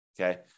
Okay